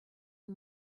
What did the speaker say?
and